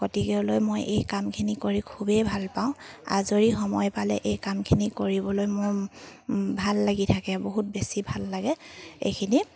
গতিকেলৈ মই এই কামখিনি কৰি খুবেই ভাল পাওঁ আজৰি সময় পালে এই কামখিনি কৰিবলৈ মোৰ ভাল লাগি থাকে বহুত বেছি ভাল লাগে এইখিনি